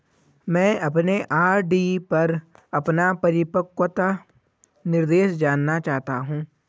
मैं अपने आर.डी पर अपना परिपक्वता निर्देश जानना चाहता हूं